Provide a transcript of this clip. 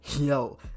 yo